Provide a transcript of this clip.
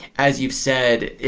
as you've said,